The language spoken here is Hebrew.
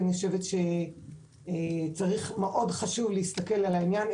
אני חושבת שמאוד חשוב להסתכל על העניין,